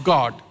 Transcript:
God